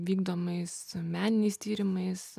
vykdomais meniniais tyrimais